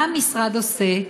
מה המשרד עושה,